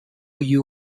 you